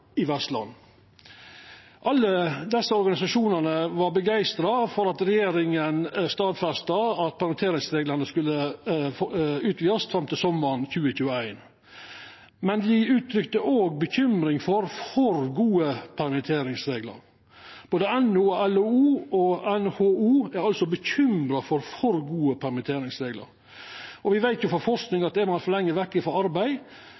i Vestland. Alle desse organisasjonane var begeistra for at regjeringa stadfesta at permitteringsreglane skulle utvidast fram til sommaren 2021, men dei uttrykte òg bekymring for for gode permitteringsreglar. Både Nav, LO og NHO er altså bekymra for for gode permitteringsreglar. Me veit frå forsking at er ein for lenge vekke frå arbeid,